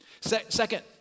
Second